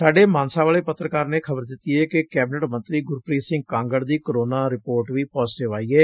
ਸ਼ਾਡੇ ਮਾਨਸਾ ਵਾਲੇ ਪੱਤਰਕਾਰ ਨੇ ਖਬਰ ਦਿੱਤੀ ਏ ਕਿ ਕੈਬਿਨਟ ਮੰਤਰੀ ਗੁਰਪੀਤ ਸਿੰਘ ਕਾਂਗੜ ਦੀ ਰਿਪੋਰਟ ਵੀ ਪਾਜੇਟਿਵ ਆਈ ਏ